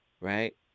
Right